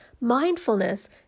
Mindfulness